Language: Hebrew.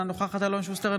אינה נוכחת אלון שוסטר,